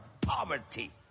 poverty